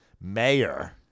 mayor